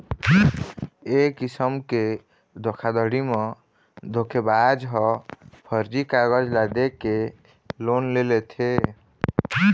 ए किसम के धोखाघड़ी म धोखेबाज ह फरजी कागज ल दे के लोन ले लेथे